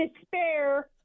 despair